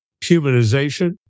humanization